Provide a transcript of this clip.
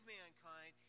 mankind